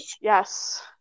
Yes